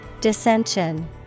Dissension